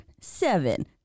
seven